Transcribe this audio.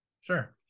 Sure